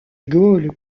gaule